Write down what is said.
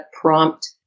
prompt